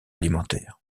alimentaire